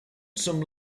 some